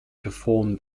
perform